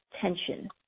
tension